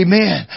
Amen